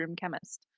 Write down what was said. Chemist